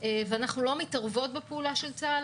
ואנחנו לא מתערבות בפעולה של צה"ל,